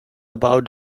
about